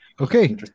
Okay